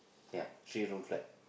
ya three room flat